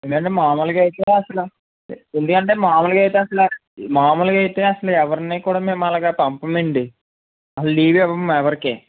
లేదండి మామూలుగా అయితే అసలు ఎందుకంటే మామూలుగా అయితే అసలు మామూలుగా అయితే అసలు ఎవరిని కూడా మేము అలాగా పంపమండి అసలు లీవ్ ఇవ్వము ఎవరికి